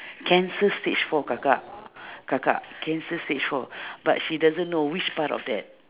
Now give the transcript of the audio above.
cancer stage four kakak kakak cancer stage four but she doesn't know which part of that